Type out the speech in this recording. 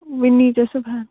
وۅنۍ ییٖزیٚو صُبحَن